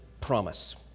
promise